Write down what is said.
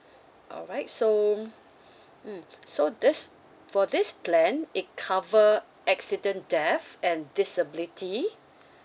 alright so mm so this for this plan it cover accident death and disability